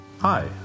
Hi